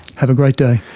have a great day.